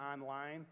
online